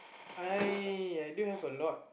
I I do have a lot